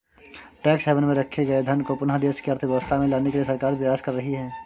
tax haven में रखे गए धन को पुनः देश की अर्थव्यवस्था में लाने के लिए सरकार प्रयास कर रही है